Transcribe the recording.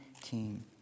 King